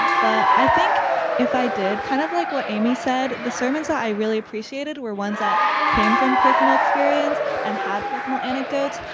but i think if i did kind of like what amy said, the sermons i really appreciated were ones that came from personal experience and had personal anecdotes,